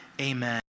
Amen